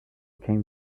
came